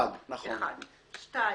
דבר שני,